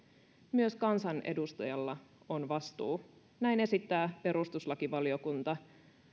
myös kansanedustajalla on vastuu näin esittää perustuslakivaliokunta